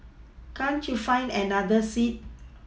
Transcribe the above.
can't you find another seat